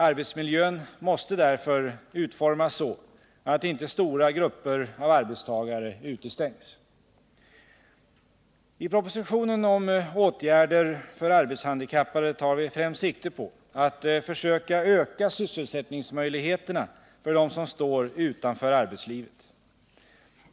Arbetsmiljön måste därför utformas så att inte stora grupper av arbetstagare utestängs. I propositionen om åtgärder för arbetshandikappade tar vi främst sikte på att försöka öka sysselsättningsmöjligheterna för dem som står utanför arbetslivet.